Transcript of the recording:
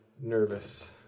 nervous